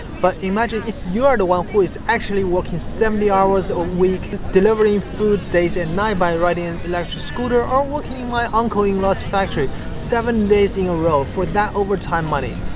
but imagine if you are the one who is actually working seventy hours a week delivering food days and nights by riding an electric scooter, or working my uncle in law's factory seven days in a row for that overtime money,